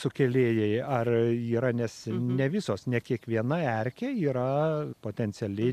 sukėlėjai ar yra nes ne visos ne kiekviena erkė yra potenciali